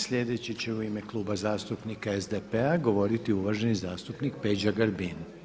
Sljedeći će u ime Kluba zastupnika SDP-a govoriti uvaženi zastupnik Peđa Grbin.